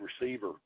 receiver